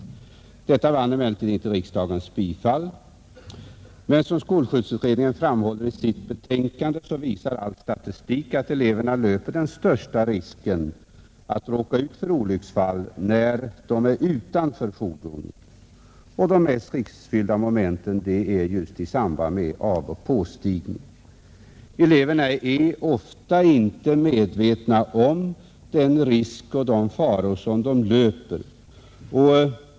Detta förslag vann emellertid inte riksdagens bifall. Som skolskjutsutredningen framhåller i sitt betänkande visar all statistik att eleverna löper den största risken att råka ut för olycksfall när de är utanför fordonet. De mest riskfyllda momenten är just i samband med avoch påstigning. Eleverna är ofta inte medvetna om den risk och de faror som de löper.